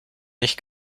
nicht